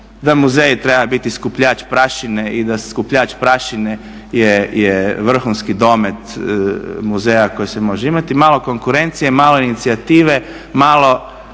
da muzej treba biti sakupljač prašine i da skupljač prašine je vrhunski domet muzeja koji se može imati. Malo konkurencije, malo inicijative, malo